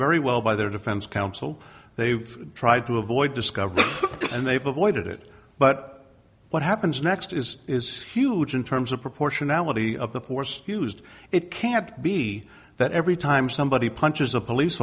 very well by their defense counsel they've tried to avoid discovery and they've avoided it but what happens next is is huge in terms of proportionality of the pores used it can't be that every time somebody punches a police